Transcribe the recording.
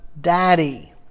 daddy